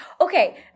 Okay